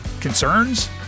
Concerns